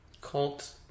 cult